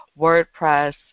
WordPress